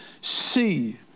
See